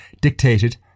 dictated